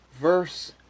verse